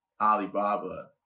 Alibaba